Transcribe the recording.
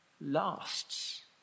lasts